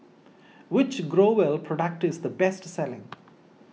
which Growell product is the best selling